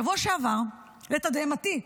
בשבוע שעבר, לתדהמתי,